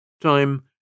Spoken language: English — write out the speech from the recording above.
Time